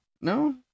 No